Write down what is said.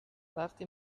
وقتی